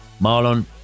Marlon